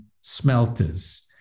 smelters